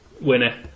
winner